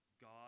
God